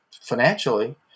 financially